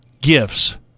gifts